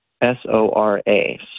S-O-R-A